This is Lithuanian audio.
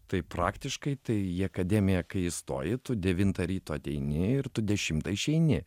tai praktiškai tai į akademiją kai įstoji tu devintą ryto ateini ir tu dešimtą išeini